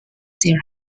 there